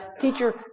Teacher